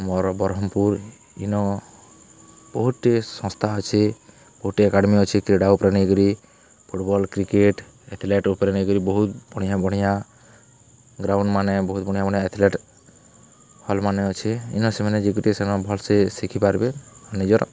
ବରହମପୁର ବହୁତଗଗୁଡ଼ିଏ ସଂସ୍ଥା ଅଛି ବହୁତ ଗୁଡ଼ିଏ ଏକାଡେମି ଅଛି କ୍ରୀଡ଼ା ଉପରେ ନେଇକରି ଫୁଟବଲ କ୍ରିକେଟ ଏଥଲେଟ୍ ଉପରେ ନେଇକରି ବହୁତ ବଢ଼ିଆ ବଢ଼ିଆ ଗ୍ରାଉଣ୍ଡମାନେ ବହୁତ ବଢ଼ିଆ ବଢ଼ିଆ ଏଥଲେଟ ହଲ୍ମାନେ ଅଛି ଇନ ସେମାନେ ଯେମିତିକି ସେମାନେ ଭଲସେ ଶିଖିପାରିବେ ନିଜର